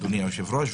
אדוני היושב-ראש,